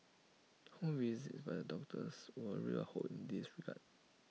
home visits by the doctors were A ray of hope in this regard